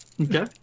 Okay